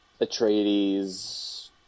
Atreides